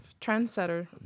Trendsetter